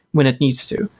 when it needs to.